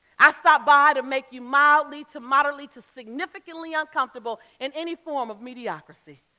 i stopped by to make you mildly to moderately, to significantly uncomfortable in any form of mediocracy.